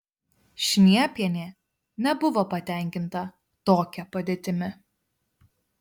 šniepienė nebuvo patenkinta tokia padėtimi